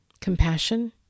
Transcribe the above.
Compassion